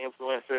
influencers